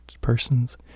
person's